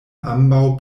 ambaŭ